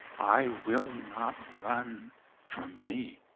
i will not run from me.